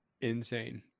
insane